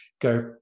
go